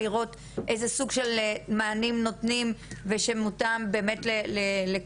לראות איזה סוג של מענים נונים ולוודא שזה מותאם באמת לכולם.